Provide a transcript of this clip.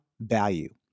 value